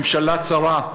ממשלה צרה,